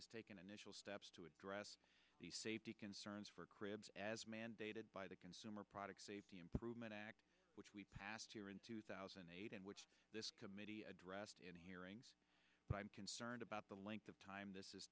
has taken initial steps to address the safety concerns for cribs as mandated by the consumer product safety improvement act which we passed here in two thousand and eight and which this committee addressed in hearings and i'm concerned about the length of time this is